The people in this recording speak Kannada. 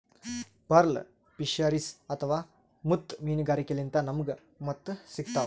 ಪರ್ಲ್ ಫಿಶರೀಸ್ ಅಥವಾ ಮುತ್ತ್ ಮೀನ್ಗಾರಿಕೆಲಿಂತ್ ನಮ್ಗ್ ಮುತ್ತ್ ಸಿಗ್ತಾವ್